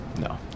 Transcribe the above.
No